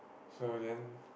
so then